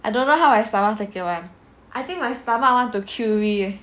I don't know how my stomach take it [one] I think my stomach want to kill me